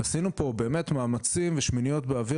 עשינו פה באמת מאמצעים ושמיניות באוויר